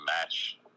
match